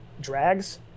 drags